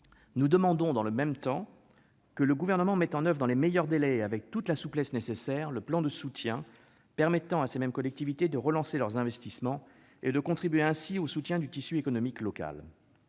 Nous demandons, dans le même temps, que le Gouvernement mette en oeuvre, dans les meilleurs délais et avec toute la souplesse nécessaire, le plan de soutien permettant à ces mêmes collectivités de relancer leurs investissements et de contribuer ainsi au soutien du tissu économique local.